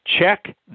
Check